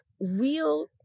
real